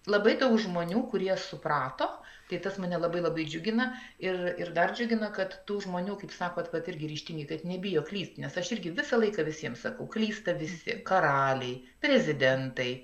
labai daug žmonių kurie suprato tai tas mane labai labai džiugina ir ir dar džiugina kad tų žmonių kaip sakot vat irgi ryžtingai kad nebijo klysti nes aš irgi visą laiką visiems sakau klysta visi karaliai prezidentai